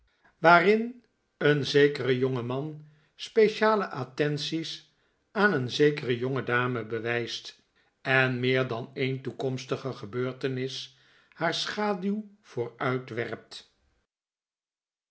waarin een zekere jongeman speciale attenties aan een zekere jongedame bewijst en meer dan en toekomstige gebeurtenis haar schaduw